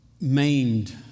maimed